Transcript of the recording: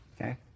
Okay